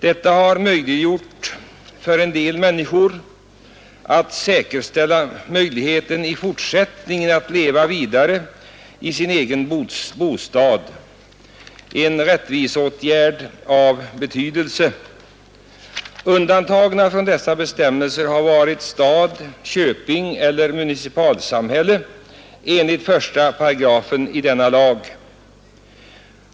Detta har satt en del människor i stånd att säkerställa möjligheten att i fortsättningen leva vidare i sin egen bostad, en rättviseåtgärd av betydelse. Undantagna från dessa bestämmelser har varit stad, köping och municipalsamhälle enligt 1 § i denna lag.